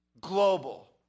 global